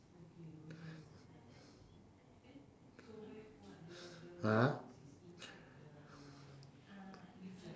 (uh huh)